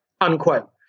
unquote